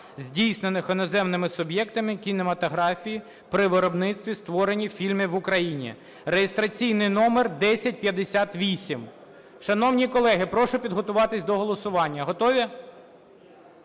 здійснених іноземними суб'єктами кінематографії при виробництві (створенні) фільмів в Україні (реєстраційний номер 1058). Шановні колеги, прошу підготуватись до голосування. Готові?